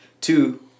two